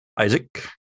Isaac